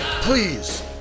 please